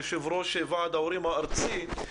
יושב-ראש ועד ההורים הארצי.